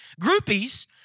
Groupies